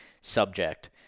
subject